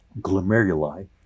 glomeruli